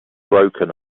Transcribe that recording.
broken